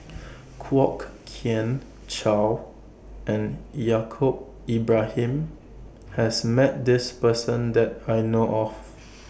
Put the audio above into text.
Kwok Kian Chow and Yaacob Ibrahim has Met This Person that I know of